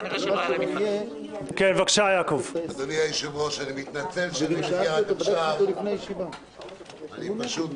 אני מתנצל שלא הייתי כאן קודם, אני פשוט